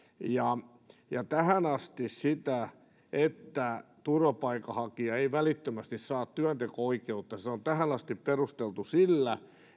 tähän asti sitä että turvapaikanhakija ei välittömästi saa työnteko oikeutta on perusteltu sillä